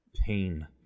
pain